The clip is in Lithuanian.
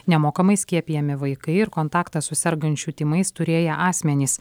nemokamai skiepijami vaikai ir kontaktą su sergančiu tymais turėję asmenys